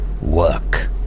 Work